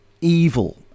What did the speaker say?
evil